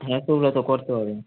হ্যাঁ সুব্রত করতে হবে